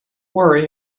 worry